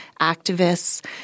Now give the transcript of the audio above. activists